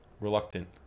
Reluctant